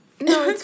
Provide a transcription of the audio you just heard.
no